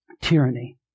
tyranny